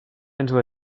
into